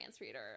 reader